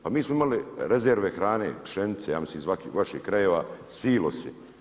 Pa mi smo imali rezerve hrane, pšenice ja mislim iz vaših krajeva, silosi.